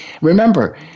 Remember